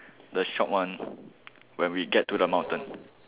the short one when we get to the mountain